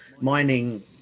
mining